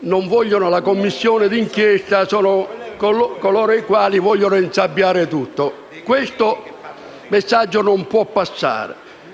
non vogliono la Commissione d'inchiesta sono coloro che vogliono insabbiare tutto. Questo messaggio non può passare.